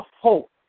hope